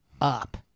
up